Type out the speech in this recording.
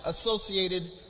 associated